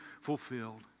fulfilled